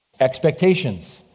Expectations